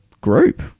group